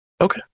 Okay